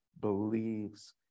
believes